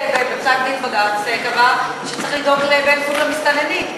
שופט בפסק-דין של בג"ץ קבע שצריך לדאוג לבני-זוג למסתננים.